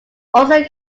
also